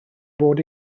fod